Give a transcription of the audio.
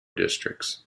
districts